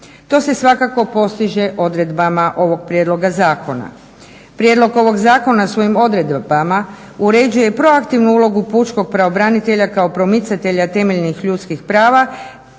To se svakako postiže odredbama ovog prijedloga zakona. Prijedlog ovog zakona svojim odredbama uređuje i proaktivnu ulogu pučkog pravobranitelja kao promicatelja temeljnih ljudskih prava,